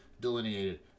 delineated